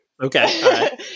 okay